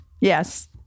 Yes